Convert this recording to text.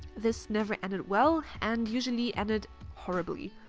this never ended well, and usually ended horribly.